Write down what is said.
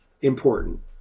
important